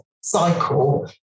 cycle